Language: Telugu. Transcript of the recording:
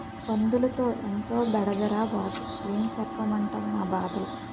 పందులతో ఎంతో బెడదరా బాబూ ఏం సెప్పమంటవ్ నా బాధలు